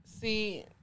See